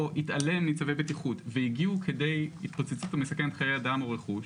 או התעלם מצווי בטיחות והגיעו כדי התפוצצות המסכנת חיי אדם או רכוש,